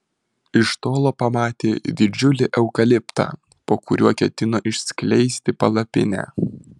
iš tolo pamatė didžiulį eukaliptą po kuriuo ketino išskleisti palapinę